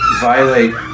violate